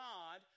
God